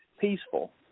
peaceful